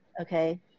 okay